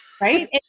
Right